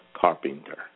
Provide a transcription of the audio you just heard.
Carpenter